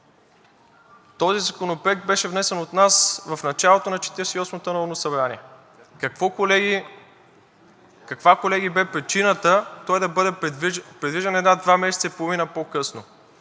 Този законопроект беше внесен от нас в началото на Четиридесет и осмото народно събрание. Каква, колеги, бе причината той да бъде придвижен над два месеца и половина по-късно?